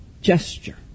gesture